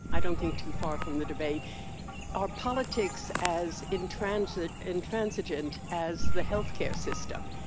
i don't think too far from the debate our politics as intransigent intransigent as the health care system?